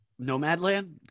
Nomadland